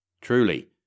Truly